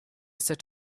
set